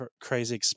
crazy